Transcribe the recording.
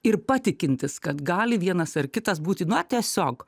ir patikintis kad gali vienas ar kitas būti na tiesiog